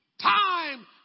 time